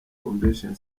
convention